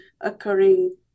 occurring